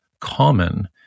common